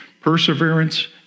Perseverance